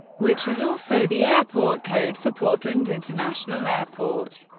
which is also the airport code for portland international airport.